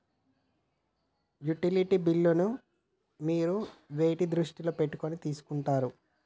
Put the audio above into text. Utility బిల్లులను మీరు వేటిని దృష్టిలో పెట్టుకొని తీసుకుంటారు?